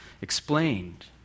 explained